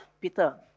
Peter